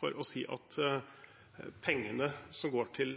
for å si at pengene som går til